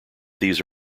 these